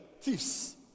Thieves